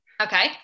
Okay